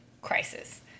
Crisis